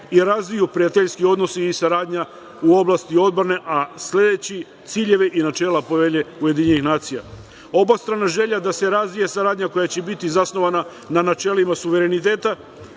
i razviju prijateljski odnosi i saradnja u oblasti odbrane, a sledeći ciljeve i načela Povelje UN. Obostrana želja da se razvije saradnja koja će biti zasnovana na načelima suvereniteta,